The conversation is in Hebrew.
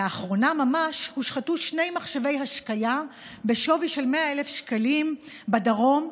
לאחרונה ממש הושחתו שני מחשבי השקיה בשווי של 100,000 שקלים בדרום,